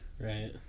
Right